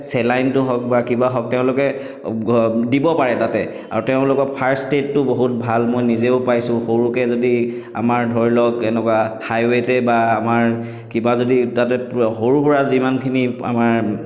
চেলাইনটো হওক বা কিবা হওক তেওঁলোকে দিব পাৰে তাতে আৰু তেওঁলোকৰ ফাৰ্ষ্ট এইডটো বহুত ভাল মই নিজেও পাইছোঁ সৰুকৈ যদি আমাৰ ধৰি লওক এনেকুৱা হাইৱেতে বা আমাৰ কিবা যদি তাতে সৰু সুৰা যিমানখিনি আমাৰ